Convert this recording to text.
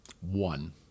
One